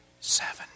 seven